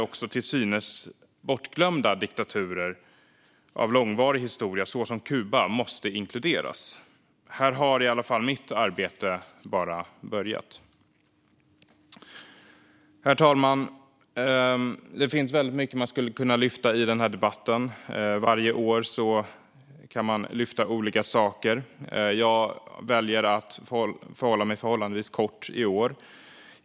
Också till synes bortglömda diktaturer med långvarig historia, såsom Kuba, måste inkluderas. Här har i alla fall mitt arbete bara börjat. Herr talman! Det finns mycket man skulle kunna lyfta fram i den här debatten. Varje år kan man lyfta fram olika saker. Jag väljer att hålla det förhållandevis kort i år.